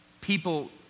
People